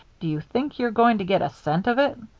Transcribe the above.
do you think you're going to get a cent of it?